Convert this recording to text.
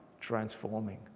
transforming